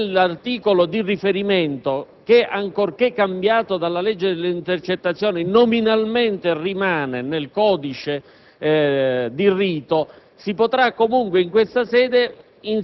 dell'articolo di riferimento che, ancorché modificato dalla legge sulle intercettazioni, nominalmente rimane nel codice di rito, si potrà in questa sede